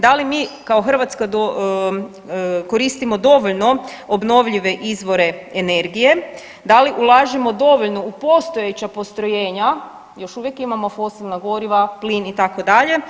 Da li mi kao Hrvatska koristimo dovoljno obnovljive izvore energije, da li ulažemo dovoljno u postojeća postrojenja, još uvijek imamo fosilna goriva plin itd.